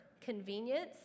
convenience